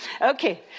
Okay